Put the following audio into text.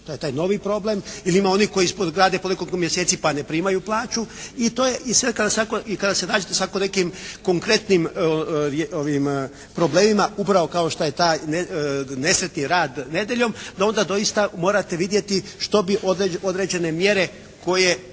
to je taj novi problem. Ili ima onih koji rade po nekoliko mjeseci pa ne primaju plaću. I kada se nađete tako sa nekim konkretnim problemima upravo kao što je taj nesretni rad nedjeljom, da onda doista morate vidjeti što bi određene mjere koje,